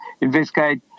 investigate